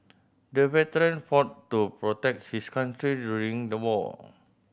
the veteran fought to protect his country during the war